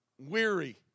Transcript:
weary